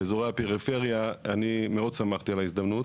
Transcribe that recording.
באזורי הפריפריה אני מאוד שמחתי על ההזדמנות.